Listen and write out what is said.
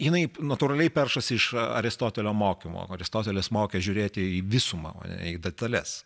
jinai natūraliai peršasi iš aristotelio mokymo aristotelis mokė žiūrėti į visumą o ne į detales